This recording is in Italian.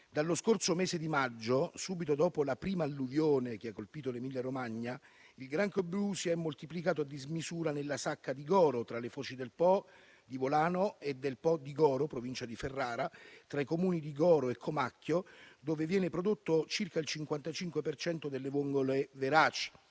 Dallo scorso mese di maggio, subito dopo la prima alluvione che ha colpito l'Emilia Romagna, il granchio blu si è moltiplicato a dismisura nella Sacca di Goro, tra le foci del Po, di Volano e del Po di Goro, in provincia di Ferrara, tra i Comuni di Goro e Comacchio dove viene prodotto circa il 55 per cento delle vongole veraci